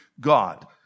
God